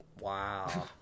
Wow